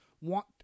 want